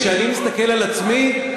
כשאני מסתכל על עצמי,